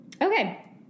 Okay